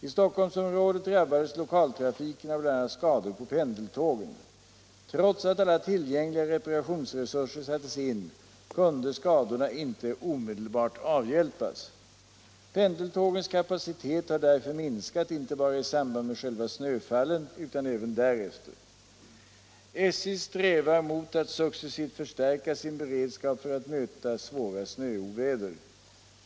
I Stockholmsområdet drabbades lokaltrafiken av bl.a. skador på pendeltågen. Trots att alla tillgängliga reparationsresurser sattes in kunde skadorna inte omedelbart avhjälpas. Pendeltågens kapacitet har därför minskat inte bara i samband med själva snöfallen utan även därefter. SJ strävar mot att successivt förstärka sin beredskap för att möta svåra snöoväder.